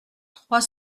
trois